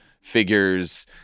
figures